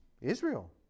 Israel